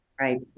Right